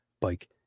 bike